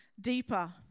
deeper